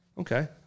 Okay